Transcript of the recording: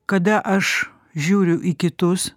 kada aš žiūriu į kitus